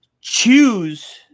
choose